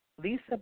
Lisa